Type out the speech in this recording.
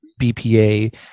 bpa